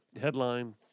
headline